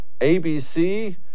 ABC